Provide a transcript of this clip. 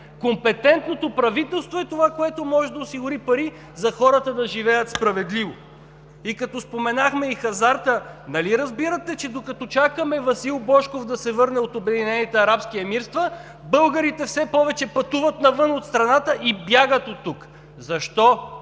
Компетентното правителство е това, което може да осигури пари на хората, за да живеят справедливо. Като споменахме хазарта, нали разбирате, че докато чакаме Васил Божков да се върне от Обединените арабски емирства, българите все повече пътуват навън от страната и бягат оттук? Защо?